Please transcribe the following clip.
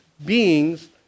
beings